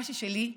מה ששלי,